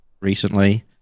recently